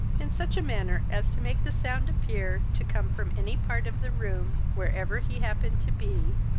in such a manner, as to make the sound appear to come from any part of the room, where-ever he happened to be,